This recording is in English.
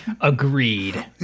Agreed